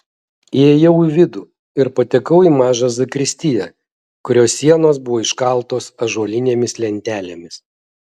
įėjau į vidų ir patekau į mažą zakristiją kurios sienos buvo iškaltos ąžuolinėmis lentelėmis